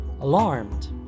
alarmed